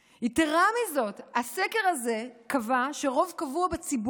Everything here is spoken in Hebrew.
יתרה מזו, הסקר הזה קבע שרוב קבוע בציבור,